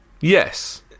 yes